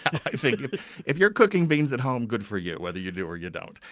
i think if you're cooking beans at home, good for you whether you do or you don't.